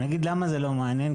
אני אגיד למה זה לא מעניין,